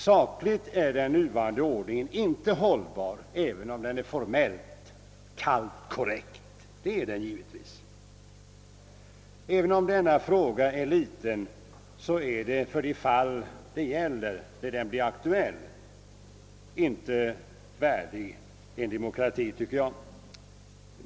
Sakligt sett är den nuvarande ordningen inte hållbar, även om den är formellt kallt korrekt — det är den givetvis. Även om denna fråga är liten, är den nuvarande ordningen i de fall där den blir aktuell enligt min uppfattning inte värdig en demokrati.